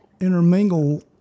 intermingle